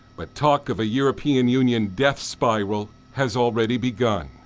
but talk of a european union death spiral has already begun.